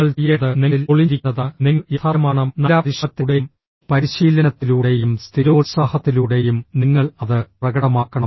നിങ്ങൾ ചെയ്യേണ്ടത് നിങ്ങളിൽ ഒളിഞ്ഞിരിക്കുന്നതാണ് നിങ്ങൾ യാഥാർത്ഥ്യമാക്കണം നല്ല പരിശ്രമത്തിലൂടെയും പരിശീലനത്തിലൂടെയും സ്ഥിരോത്സാഹത്തിലൂടെയും നിങ്ങൾ അത് പ്രകടമാക്കണം